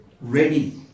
ready